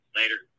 later